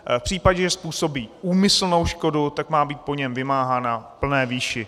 V případě, že způsobí úmyslnou škodu, má být po něm vymáhána v plné výši.